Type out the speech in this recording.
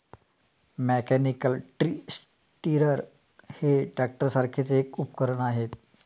mechanical tree stirrer हे ट्रॅक्टरसारखेच एक उपकरण आहे